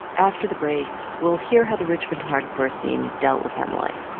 after the break, we'll hear how the richmond hardcore scene dealt with emily.